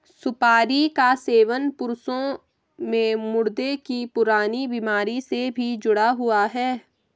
सुपारी का सेवन पुरुषों में गुर्दे की पुरानी बीमारी से भी जुड़ा हुआ है